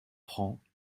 francs